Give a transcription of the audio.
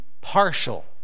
partial